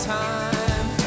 time